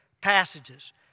passages